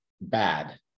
bad